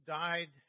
died